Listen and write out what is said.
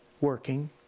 working